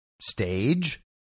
stage